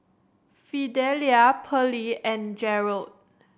Fidelia Perley and Gerold